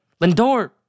Lindor